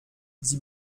sie